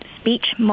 speech